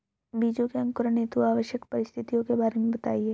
बीजों के अंकुरण हेतु आवश्यक परिस्थितियों के बारे में बताइए